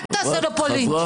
על תעשה לו פוליטיקה.